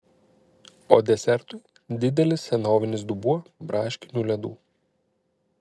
o desertui didelis senovinis dubuo braškinių ledų